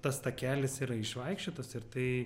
tas takelis yra išvaikščiotas ir tai